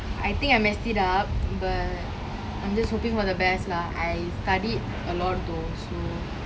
I think I messed it up but I'm just hoping for the best lah I studied a lot though so